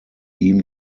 ihm